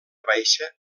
baixa